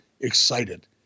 excited